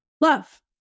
Love